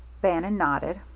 bannon nodded.